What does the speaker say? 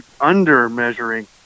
under-measuring